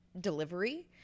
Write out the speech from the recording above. delivery